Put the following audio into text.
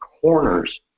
corners